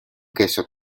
queso